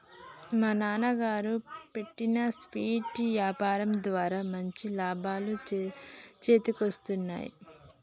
మా నాన్నగారు పెట్టిన స్వీట్ల యాపారం ద్వారా మంచి లాభాలు చేతికొత్తన్నయ్